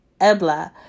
Ebla